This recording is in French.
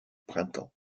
printemps